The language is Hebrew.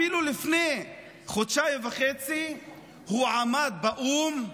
אפילו לפני חודשיים וחצי הוא עמד באו"ם,